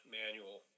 manual